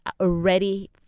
already